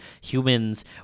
humans